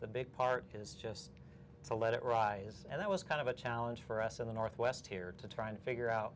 the big part is just to let it rise and that was kind of a challenge for us in the northwest here to try to figure out